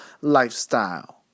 lifestyle